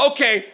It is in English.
Okay